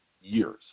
years